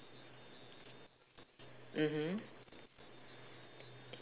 mmhmm